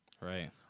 Right